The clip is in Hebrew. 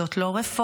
זאת לא רפורמה,